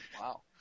Wow